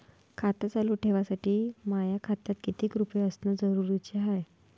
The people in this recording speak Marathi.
खातं चालू ठेवासाठी माया खात्यात कितीक रुपये असनं जरुरीच हाय?